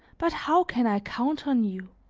but how can i count on you?